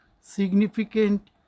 significant